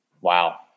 Wow